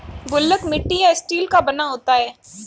गुल्लक मिट्टी या स्टील का बना होता है